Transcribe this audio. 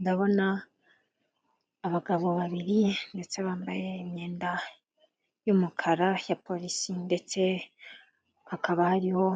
Ndabona abagabo babiri ndetse bambaye imyenda y'umukara ya porisi (police) ndetse hakaba hariho